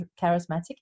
charismatic